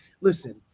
Listen